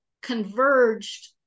converged